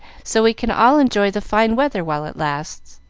so we can all enjoy the fine weather while it lasts.